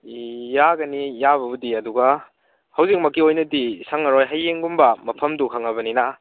ꯌꯥꯒꯅꯤ ꯌꯥꯕꯕꯨꯗꯤ ꯑꯗꯨꯒ ꯍꯧꯖꯤꯛꯃꯛꯀꯤ ꯑꯣꯏꯅꯗꯤ ꯁꯪꯉꯔꯣꯏ ꯍꯌꯦꯡꯒꯨꯝꯕ ꯃꯐꯝꯗꯨ ꯈꯪꯉꯕꯅꯤꯅ